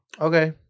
Okay